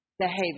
behavior